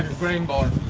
grain barn.